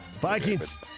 Vikings